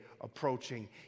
approaching